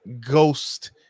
ghost